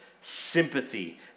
sympathy